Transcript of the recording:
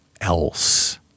else